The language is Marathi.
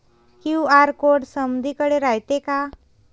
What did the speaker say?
क्यू.आर कोड समदीकडे रायतो का?